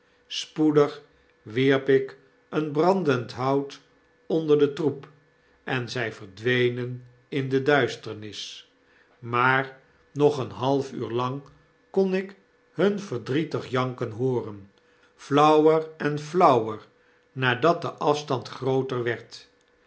spoedig wierp ik een brandend hout onder den troep en zy verdwenen in de duisternis maar nog een half uur lang kon ik hun verdrietig janken hooren flauwer en flauwer naardat de afstand grooter werd